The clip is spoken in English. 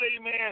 amen